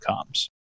comes